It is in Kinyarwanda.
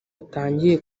atangiye